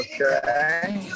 Okay